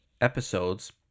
episodes